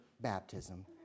baptism